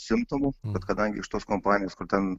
simptomų bet kadangi iš tos kompanijos kur ten